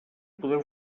podeu